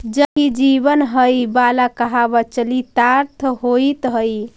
जल ही जीवन हई वाला कहावत चरितार्थ होइत हई